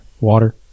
water